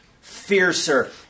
fiercer